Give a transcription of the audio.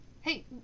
Hey